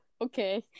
Okay